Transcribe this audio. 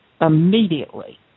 Immediately